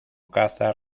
caza